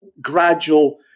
gradual